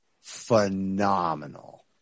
phenomenal